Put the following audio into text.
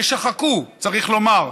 ששחקו, צריך לומר,